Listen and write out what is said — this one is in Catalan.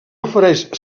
ofereix